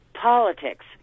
politics